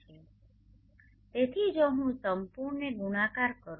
તેથી તેથી જો હું સંપૂર્ણને ગુણાકાર કરું